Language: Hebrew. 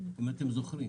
אם אתם זוכרים.